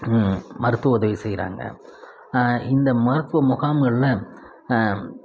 மருத்துவ உதவி செய்கிறாங்க இந்த மருத்துவ முகாம்களில்